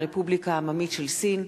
הרפובליקה העממית של סין,